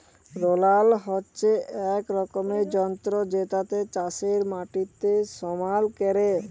roller হচ্যে এক রকমের যন্ত্র জেতাতে চাষের মাটিকে সমাল ক্যরে